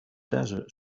desert